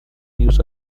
news